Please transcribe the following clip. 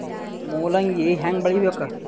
ಮೂಲಂಗಿ ಹ್ಯಾಂಗ ಬೆಳಿಬೇಕು?